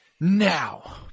Now